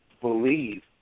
believe